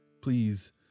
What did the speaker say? Please